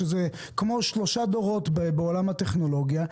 שזה כמו שלושה דורות בעולם הטכנולוגיה,